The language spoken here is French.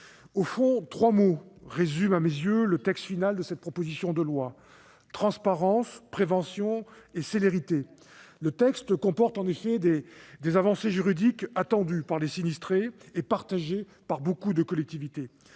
Au fond, trois mots résument à mes yeux le texte final de cette proposition de loi : transparence, prévention et célérité. Ce texte comporte en effet des avancées juridiques attendues par les sinistrés et beaucoup de collectivités,